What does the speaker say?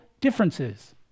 differences